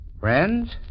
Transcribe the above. Friends